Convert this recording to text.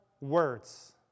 words